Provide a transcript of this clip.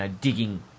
digging